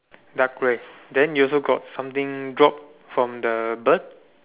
dark red then you also got something drop from the bird